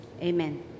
Amen